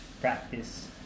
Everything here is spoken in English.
practice